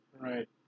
Right